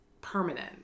permanent